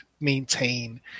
maintain